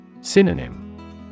Synonym